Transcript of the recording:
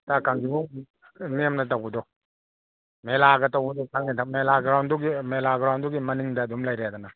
ꯍꯞꯇꯥ ꯀꯥꯡꯖꯩꯕꯨꯡ ꯅꯦꯝꯅ ꯇꯧꯕꯗꯣ ꯃꯦꯂꯥꯒ ꯇꯧꯕꯗꯣ ꯈꯪꯉꯦꯗ ꯃꯦꯂꯥ ꯒ꯭ꯔꯥꯎꯟꯗꯨꯒꯤ ꯃꯦꯂꯥ ꯒ꯭ꯔꯥꯎꯟꯗꯨꯒꯤ ꯃꯅꯤꯡꯗ ꯑꯗꯨꯝ ꯂꯩꯔꯦꯗꯅ